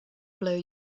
blow